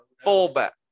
fullback